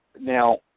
Now